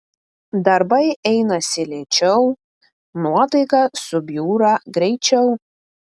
darbai einasi lėčiau nuotaika subjūra greičiau